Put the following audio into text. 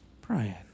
Brian